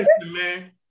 man